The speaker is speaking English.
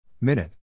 Minute